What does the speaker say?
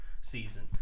season